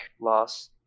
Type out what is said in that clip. loss